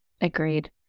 Agreed